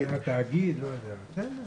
אני מנכ"לית התאגיד לפיקוח וטרינרי.